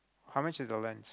how much is your lens